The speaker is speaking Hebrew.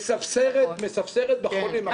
מספסרת בחולים.